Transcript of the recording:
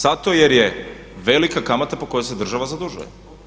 Zato jer je velika kamata po kojoj se država zadužuje.